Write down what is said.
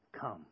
come